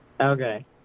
Okay